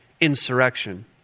Insurrection